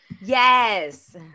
Yes